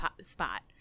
spot